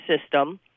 system